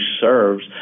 serves